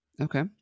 Okay